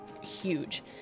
huge